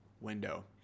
window